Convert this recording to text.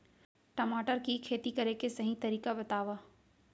टमाटर की खेती करे के सही तरीका बतावा?